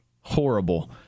Horrible